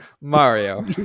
Mario